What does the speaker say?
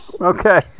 okay